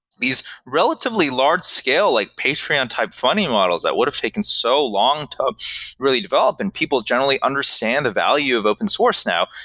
these relatively large scale, like patreon type funding models that would've taken so long to really develop and people generally understand the value of open source now.